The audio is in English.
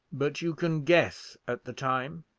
but you can guess at the time?